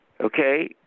Okay